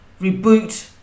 reboot